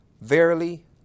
Verily